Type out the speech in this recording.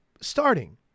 starting